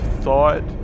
thought